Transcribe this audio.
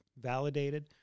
validated